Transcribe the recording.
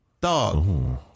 Dog